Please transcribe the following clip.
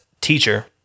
teacher